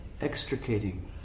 extricating